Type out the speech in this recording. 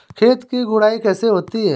खेत की गुड़ाई कैसे होती हैं?